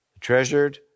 Treasured